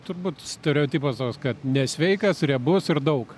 turbūt stereotipas toks kad nesveikas riebus ir daug